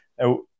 Now